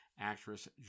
actress